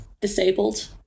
disabled